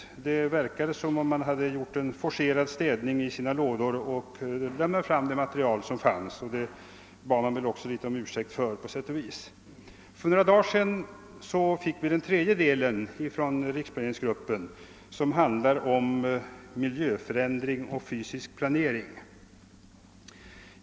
Det verkade som om riksplaneringsgruppen utfört en forcerad städning av sina lådor och lämnat fram det material som fanns. För några dagar sedan fick vi den tredje delen från riksplaneringsgruppen, som handlade om miljöförändring och fysisk planering.